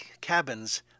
cabins